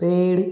पेड़